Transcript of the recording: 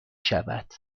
شود